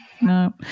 no